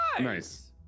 Nice